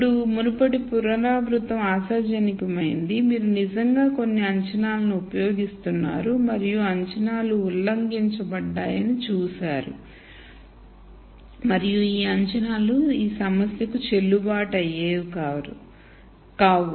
ఇప్పుడు మునుపటి పునరావృతం ఆశాజనకమైనది మీరు నిజంగా కొన్ని అంచనాలను ఉపయోగిస్తున్నారు మరియు అంచనాలు ఉల్లంఘించబడ్డాయని చూశారు మరియు ఈ అంచనాలు ఈ సమస్యకు చెల్లుబాటు అయ్యేవి కావు